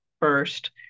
first